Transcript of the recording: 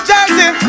Jersey